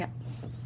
Yes